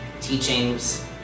teachings